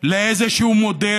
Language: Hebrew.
לאיזשהו מודל,